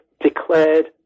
declared